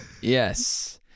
Yes